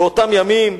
באותם ימים,